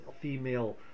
female